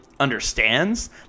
understands